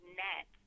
net